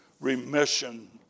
remission